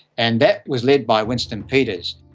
and that was led by winston peters.